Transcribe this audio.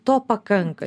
to pakanka